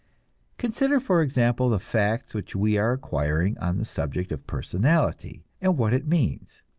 consider, for example, the facts which we are acquiring on the subject of personality and what it means.